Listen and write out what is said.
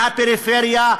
מהפריפריה,